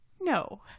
No